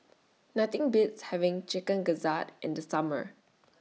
Nothing Beats having Chicken Gizzard in The Summer